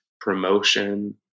promotion